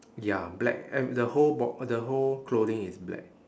ya black and the whole bo~ the whole clothing is black